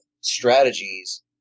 strategies